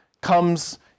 comes